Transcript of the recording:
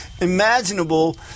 imaginable